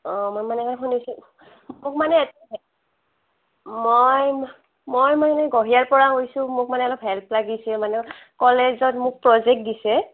অঁ মই মানে শুনিছোঁ মোক মানে মই মই মানে গহিয়া পৰা কৈছোঁ মোক মানে অলপ হেল্প লাগিছিল মানে কলেজত মোক প্ৰজেক্ট দিছে